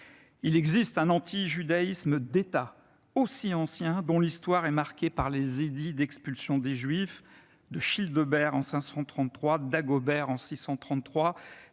Il existe un antijudaïsme d'État aussi ancien dont l'histoire est marquée par les édits d'expulsion des juifs de Childebert en 533, de Dagobert en 633,